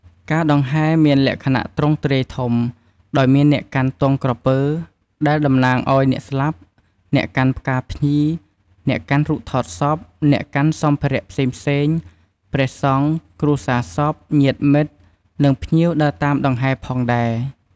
ការដង្ហែរមានលក្ខណៈទ្រង់ទ្រាយធំ ដោយមានអ្នកកាន់ទង់ក្រពើ ដែលតំណាងឲ្យអ្នកស្លាប់ អ្នកកាន់ផ្កាភ្ញី អ្នកកាន់រូបថតសព អ្នកកាន់សម្ភារៈផ្សេងៗ ព្រះសង្ឃ គ្រួសារសព ញាតិមិត្ត និងភ្ញៀវដើរតាមដង្ហែរផងដែរ។